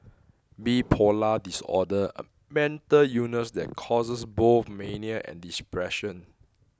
bipolar disorder a mental illness that causes both mania and depression